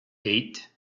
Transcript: eight